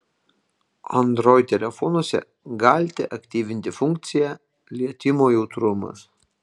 android telefonuose galite aktyvinti funkciją lietimo jautrumas